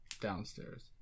downstairs